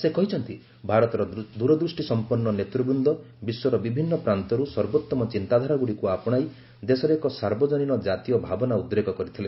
ସେ କହିଛନ୍ତି ଭାରତର ଦୂରଦୃଷ୍ଟି ସମ୍ପନ୍ନ ନେତୃବୃନ୍ଦ ବିଶ୍ୱର ବିଭିନ୍ନ ପ୍ରାନ୍ତରୁ ସର୍ବୋଭମ ଚିନ୍ତାଧାରାଗୁଡ଼ିକୁ ଆପଶାଇ ଦେଶରେ ଏକ ସାର୍ବଜନୀନ କାତୀୟ ଭାବନା ଉଦ୍ରେକ କରାଇଥିଲେ